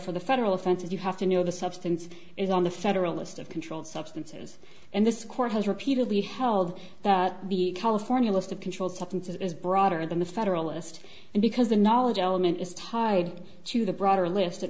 for the federal offense and you have to know the substance is on the federal list of controlled substances and this court has repeatedly held that the california list of controlled substances is broader than the federalist and because the knowledge element is tied to the broader list it